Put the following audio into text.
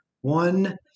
one